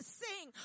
sing